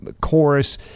chorus